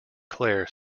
clair